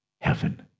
heaven